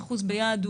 30% ביעד,